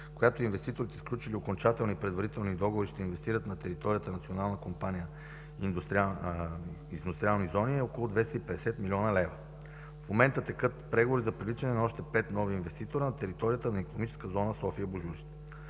която инвеститорите, сключили окончателни предварителни договори, ще инвестират на територията на „Национална компания Индустриални зони”, е около 250 млн. лв. В момента текат преговори за привличане на още пет нови инвеститори на територията на „Икономическа зона София – Божурище”.